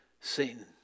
Satan